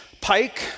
pike